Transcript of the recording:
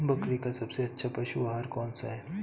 बकरी का सबसे अच्छा पशु आहार कौन सा है?